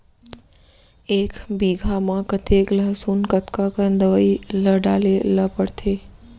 एक बीघा में कतेक लहसुन कतका कन दवई ल डाले ल पड़थे?